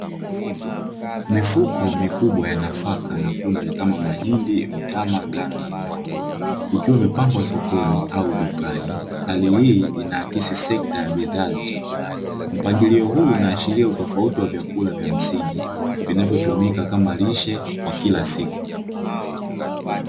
Mifuko mikubwa ya nafaka na kunde kama mahindi, mtama, ngano na mihogo ikiwa imepangwa sokoni au dukani, hali hii inaakisi sekta ya bidhaa za chakula mpangilio huu unaashiria utofauti wa vyakula vya msingi vinavyotumika kama lishe kwa kila siku.